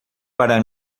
para